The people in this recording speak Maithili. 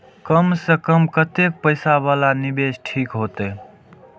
कम से कम कतेक पैसा वाला निवेश ठीक होते?